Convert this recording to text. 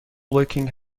looking